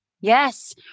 Yes